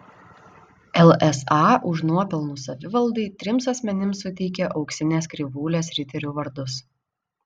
lsa už nuopelnus savivaldai trims asmenims suteikė auksinės krivūlės riterių vardus